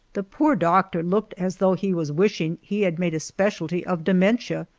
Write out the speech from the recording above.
the poor doctor looked as though he was wishing he had made a specialty of dementia,